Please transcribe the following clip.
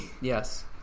Yes